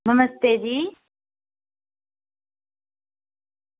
नमस्ते जी